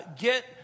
get